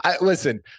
Listen